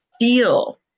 feel